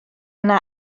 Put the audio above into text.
yna